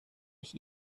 ich